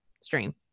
stream